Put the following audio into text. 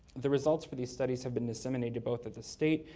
the results for these studies have been disseminated both at the state,